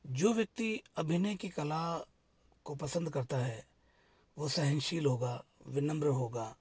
जो व्यक्ति अभिनय की कला को पसंद करता है वो सहनशील होगा विनम्र होगा